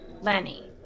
Lenny